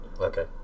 Okay